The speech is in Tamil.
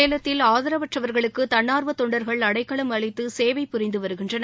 சேலத்தில் ஆதரவற்றவர்களுக்கு தன்னார்வ தொண்டர்கள் அடைக்கலம் அளித்து சேவை புரிந்து வருகின்றனர்